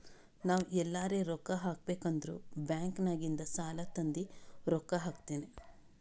ನಾವ್ ಎಲ್ಲಾರೆ ರೊಕ್ಕಾ ಹಾಕಬೇಕ್ ಅಂದುರ್ ಬ್ಯಾಂಕ್ ನಾಗಿಂದ್ ಸಾಲಾ ತಂದಿ ರೊಕ್ಕಾ ಹಾಕ್ತೀನಿ